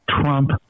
Trump